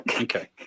Okay